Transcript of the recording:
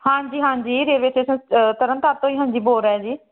ਹਾਂਜੀ ਹਾਂਜੀ ਜਿਵੇਂ ਤੇ ਤੁਸ ਤਰਨ ਤਾਰਨ ਤੋਂ ਹੀ ਹਾਂਜੀ ਬੋਲ ਰਹੇ ਜੀ